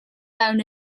fewn